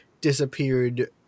disappeared